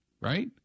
right